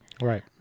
Right